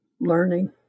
learning